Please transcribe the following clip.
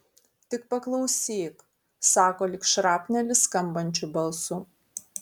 tik paklausyk sako lyg šrapnelis skambančiu balsu